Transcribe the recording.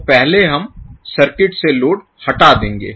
तो पहले हम सर्किट से लोड हटा देंगे